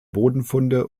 bodenfunde